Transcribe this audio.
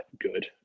good